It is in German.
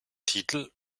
titel